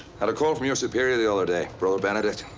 had a call from your superior the other day, brother benedict.